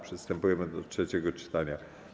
Przystępujemy do trzeciego czytania.